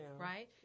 right